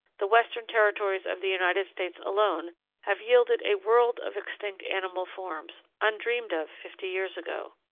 the western territories of the united states alone have yielded a world of extinct animal forms, undreamed of fifty years ago.